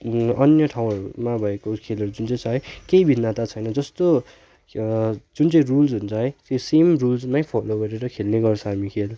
अन्य ठाउँहरूमा भएको खेलहरू जुन चाहिँ छ है केइ भिन्नाता छैन जस्तो जुन चाहिँ रुल हुन्छ है त्यो सेम रुल्समै फलो गरेर खेल्ने गर्छ हामी खेल